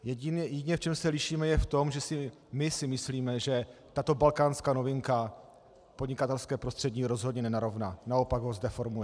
Jediné, v čem se lišíme, je to, že my si myslíme, že tato balkánská novinka podnikatelské prostředí rozhodně nenarovná, naopak ho zdeformuje.